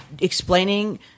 explaining